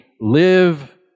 live